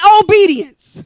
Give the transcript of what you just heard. obedience